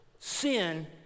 Sin